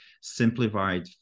simplified